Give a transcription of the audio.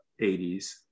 80s